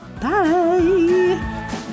Bye